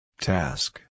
Task